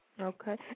Okay